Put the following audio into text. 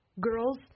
girls